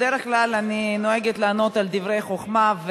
בדרך כלל אני נוהגת לענות על דברי חוכמה,